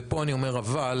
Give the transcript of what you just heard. ופה אני אומר אבל,